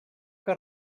que